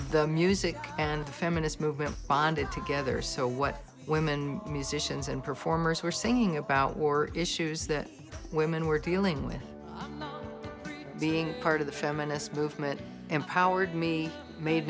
the music and the feminist movement bonded together so what women and musicians and performers were singing about war issues that women were dealing with being part of the feminist movement empowered me made